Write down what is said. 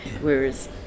whereas